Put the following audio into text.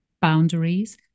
boundaries